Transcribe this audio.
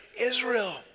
Israel